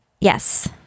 Yes